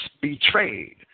betrayed